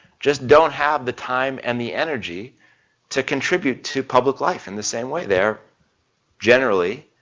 just don't have the time and the energy to contribute to public life in the same way, they are generally